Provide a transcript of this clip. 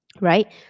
Right